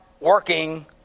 working